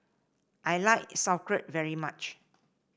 I like Sauerkraut very much